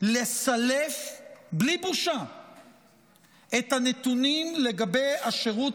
לסלף בלי בושה את הנתונים לגבי השירות